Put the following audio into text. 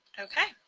okay.